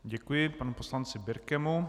Děkuji panu poslanci Birkemu.